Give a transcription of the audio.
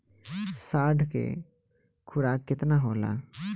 साढ़ के खुराक केतना होला?